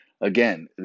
Again